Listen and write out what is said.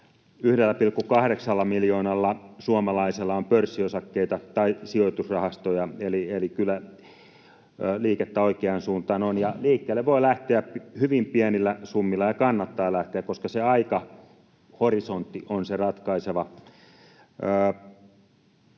1,8 miljoonalla suomalaisella on pörssiosakkeita tai sijoitusrahastoja, eli kyllä liikettä oikeaan suuntaan on. Ja liikkeelle voi lähteä hyvin pienillä summilla ja kannattaa lähteä, koska se aikahorisontti on se ratkaiseva.